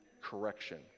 Correction